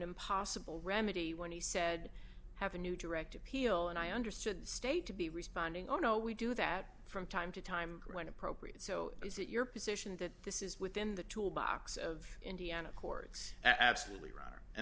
impossible remedy when he said have a new direct appeal and i understood state to be responding oh no we do that from time to time when appropriate so is it your position that this is within the tool box of indiana courts absolutely r